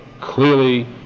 clearly